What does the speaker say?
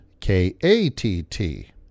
K-A-T-T